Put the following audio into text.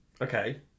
Okay